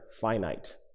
finite